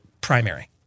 primary